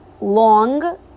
long